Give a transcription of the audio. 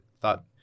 thought